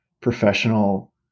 professional